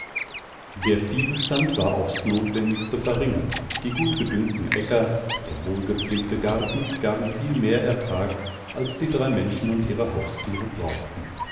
der viehbestand war aufs notwendigste verringert die gutgedüngten äcker der wohlgepflegte garten gaben viel mehr ertrag als die drei menschen und ihre haustiere brauchten